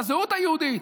לזהות היהודית.